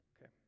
Okay